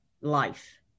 life